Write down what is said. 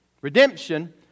Redemption